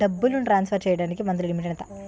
డబ్బును ట్రాన్సఫర్ చేయడానికి monthly limit ఎంత?